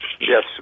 Yes